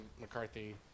McCarthy